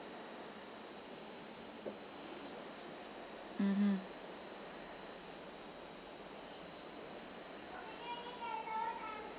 mmhmm